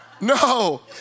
no